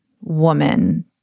woman